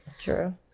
True